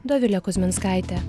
dovilė kuzminskaitė